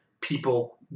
people